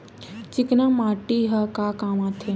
चिकना माटी ह का काम आथे?